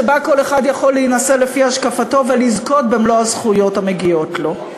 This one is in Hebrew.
שבה כל אחד יכול להינשא לפי השקפתו ולזכות במלוא הזכויות המגיעות לו.